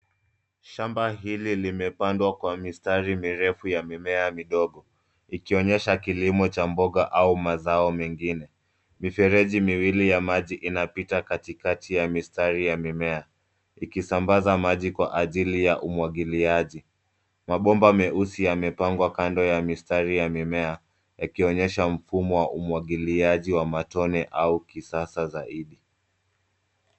Shamba hili limepandwa kwa mistari mirefu ya mimea midogo, ikionyesha kilimo cha mboga au mazao mengine. Mifereji miwili ya maji inapita katikati ya mistari ya mimea, ikisambaza maji kwa ajili ya umwagiliaji. Mabomba meusi yamepangwa kando ya mistari ya mimea, ikionyesha mfumo wa umwagiliaji wa matone au kisasa zaidi.